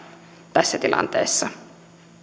tässä tilanteessa